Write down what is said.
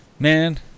Man